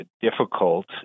difficult